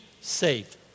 saved